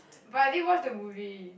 but I did watch the movie